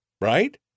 right